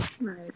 Right